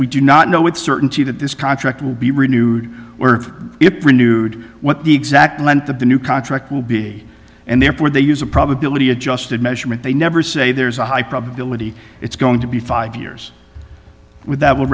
we do not know with certainty that this contract will be renewed renewed what the exact length of the new contract will be and therefore they use a probability adjusted measurement they never say there's a high probability it's going to be five years with that w